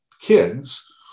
kids